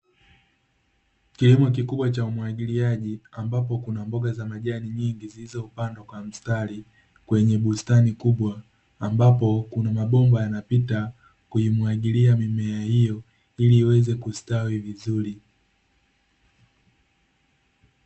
Kilimo kikubwa cha umwagiliaji ambapo kuna mboga za majani nyingi zilizopandwa kwa mstari kwenye bustani kubwa ambapo kuna mabomba yanapita kuimwagilia mimea hiyo ili iweze kustawi vizuri.